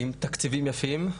עם תקציבים יפים,